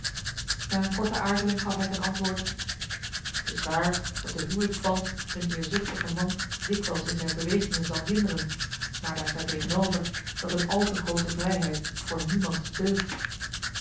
na een korte aarzeling gaf hij ten antwoord t is waar dat de huwelijksband een eerzuchtige man dikwijls in zijn bewegingen zal hinderen maar marcellus emants een nagelaten bekentenis daar staat tegenover dat een al te groote vrijheid voor niemand deugt